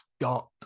got